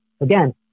again